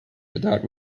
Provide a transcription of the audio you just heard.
without